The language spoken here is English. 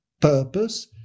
purpose